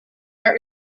art